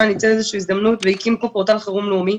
ניצל איזה שהיא הזדמנות והקים פורטל חירום לאומי,